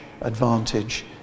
advantage